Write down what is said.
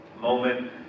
moment